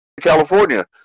California